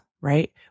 right